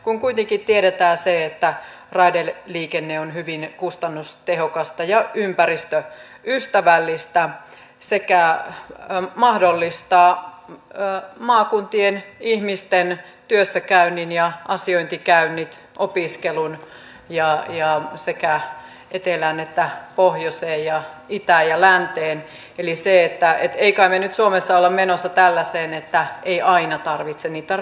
kun kuitenkin tiedetään se että raideliikenne on hyvin kustannustehokasta ja ympäristöystävällistä sekä mahdollistaa maakuntien ihmisten työssäkäynnin ja asiointikäynnit ja opiskelun kulkemisen sekä etelään että pohjoiseen ja itään ja länteen niin emme kai me nyt suomessa ole menossa tällaiseen että ei aina tarvitse käyttää niitä raiteita